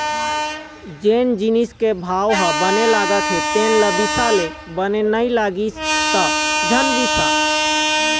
जेन जिनिस के भाव ह बने लागत हे तेन ल बिसा ले, बने नइ लागिस त झन बिसा